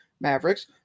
Mavericks